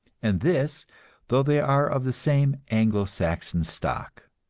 and this though they are of the same anglo-saxon stock.